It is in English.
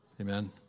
Amen